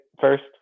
first